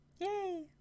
Yay